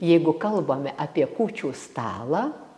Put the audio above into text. jeigu kalbame apie kūčių stalą